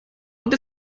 und